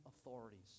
authorities